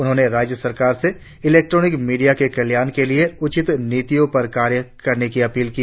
उन्होंने राज्य सरकार से इलेक्ट्रोनिक मीडिया के कल्याण के लिए उचित नितियों पर कार्य करने की अपील की